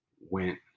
went